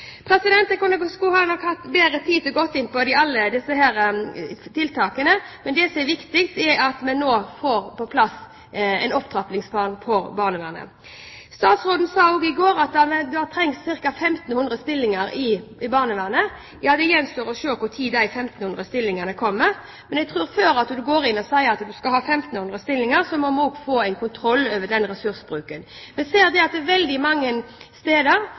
Jeg skulle nok hatt bedre tid til å gå inn på alle disse tiltakene, men det som er viktig, er at vi nå får på plass en opptrappingsplan for barnevernet. Statsråden sa også i går at det trengs ca. 1500 stillinger i barnevernet. Ja, det gjenstår å se når de 1500 stillingene kommer, men jeg tror at før man går inn og sier at man skal ha 1500 stillinger, må vi også få en kontroll over ressursbruken. Vi ser at ressursene veldig mange steder